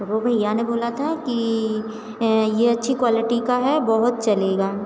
और वह भैया ने बोला था कि यह अच्छी क्वालिटी का है बहुत चलेगा